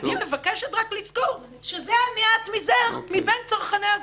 אני מבקשת רק לזכור שזה המעט מזער מבין צרכני הזנות.